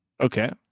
Okay